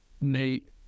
Nate